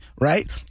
right